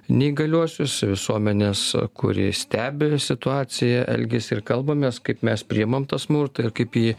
neįgaliuosius visuomenės kuri stebi situaciją elgias ir kalbamės kaip mes priimam tą smurtą ir kaip jį